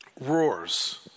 roars